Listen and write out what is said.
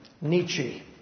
Nietzsche